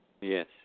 Yes